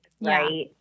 right